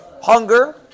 Hunger